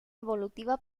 evolutiva